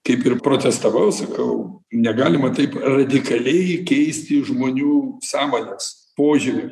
kaip ir protestavau sakau negalima taip radikaliai keisti žmonių sąmonės požiūrių